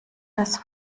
das